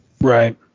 Right